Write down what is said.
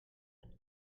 but